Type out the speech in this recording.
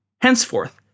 Henceforth